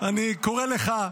אני קורא לך,